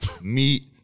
meet